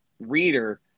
reader